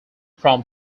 from